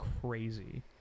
crazy